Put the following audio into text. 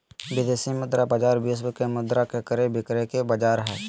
विदेशी मुद्रा बाजार विश्व के मुद्रा के क्रय विक्रय के बाजार हय